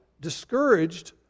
Discouraged